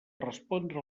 respondre